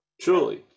Truly